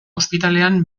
ospitalean